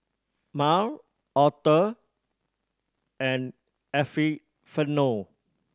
Mal Author and Epifanio